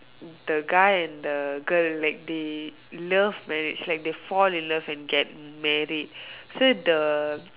the guy and the girl like they love marriage so they fall in love and get married so the